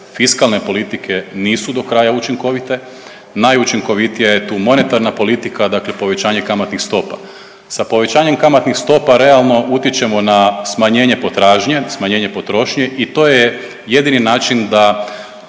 fiskalne mjere nisu do kraja učinkovite. Najučinkovitija je tu monetarna politika, dakle povećanje kamatnih stopa. Sa povećanjem kamatnih stopa realno utječemo na smanjenje potražnje, smanjenje potrošnje i to je jedini način da